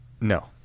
No